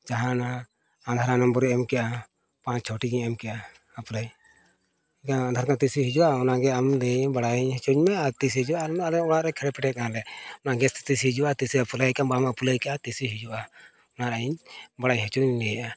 ᱡᱟᱦᱟᱸ ᱱᱚᱣᱟ ᱟᱫᱷᱟᱨ ᱱᱚᱢᱵᱚᱨᱮ ᱮᱢ ᱠᱮᱜᱼᱟ ᱯᱟᱸᱪ ᱪᱷᱚᱴᱤ ᱜᱮ ᱮᱢ ᱠᱮᱜᱼᱟ ᱛᱟᱨᱯᱚᱨᱮ ᱤᱧᱟᱹᱜ ᱟᱫᱷᱟᱨ ᱠᱟᱨᱰ ᱛᱤᱸᱥ ᱦᱤᱡᱩᱜᱼᱟ ᱚᱱᱟᱜᱮ ᱟᱢ ᱞᱟᱹᱭ ᱵᱟᱲᱟᱭ ᱦᱚᱪᱚᱧ ᱢᱮ ᱟᱨ ᱛᱤᱥ ᱦᱤᱡᱩᱜᱼᱟ ᱟᱞᱮ ᱚᱲᱟᱜ ᱨᱮ ᱠᱷᱮᱲᱮ ᱯᱮᱴᱮᱜ ᱠᱟᱱᱟᱞᱮ ᱱᱚᱣᱟ ᱜᱮᱥ ᱛᱤᱥ ᱦᱤᱡᱩᱜᱼᱟ ᱛᱤᱥᱮ ᱮᱯᱞᱟᱭ ᱟᱠᱟᱫᱼᱟ ᱵᱟᱝ ᱮᱯᱞᱟᱭ ᱟᱠᱟᱫᱼᱟ ᱛᱤᱥᱮ ᱦᱤᱡᱩᱜᱼᱟ ᱚᱱᱟ ᱨᱮ ᱤᱧ ᱵᱟᱲᱟᱭ ᱦᱚᱪᱚᱧ ᱞᱟᱹᱭᱮᱫᱼᱟ